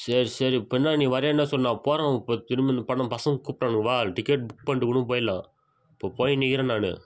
சரி சரி இப்போ என்ன நீ வரேன்னால் சொல்லு நான் போகிறேன் அவன்கூட க்ரிமினல் படம் பசங்கள் கூப்பிட்டானுங்க வா டிக்கெட் புக் பண்ணிட்டு கூடோ போயிடலாம் இப்போ போய் நிற்கிறேன் நான்